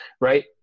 Right